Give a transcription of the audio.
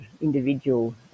individual